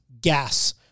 gas